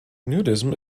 nudism